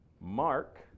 Mark